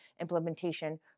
implementation